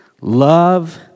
love